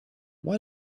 why